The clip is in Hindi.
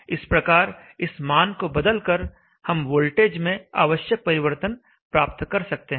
इस प्रकार इस मान को बदलकर हम वोल्टेज में आवश्यक परिवर्तन प्राप्त कर सकते हैं